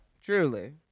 truly